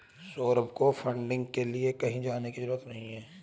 सौरभ को फंडिंग के लिए कहीं जाने की जरूरत नहीं है